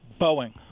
Boeing